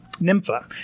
Nympha